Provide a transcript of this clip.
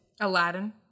Aladdin